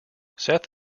seth